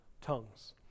tongues